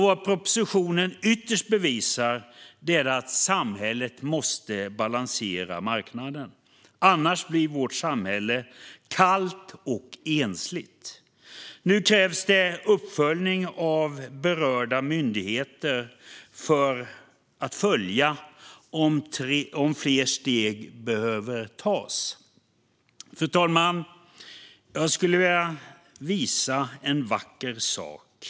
Vad proposition ytterst bevisar är att samhället måste balansera marknaden, annars blir vårt samhälle kallt och ensligt. Nu krävs det uppföljning av berörda myndigheter för att följa om fler steg behöver tas. Fru talman! Jag skulle vilja visa en vacker sak.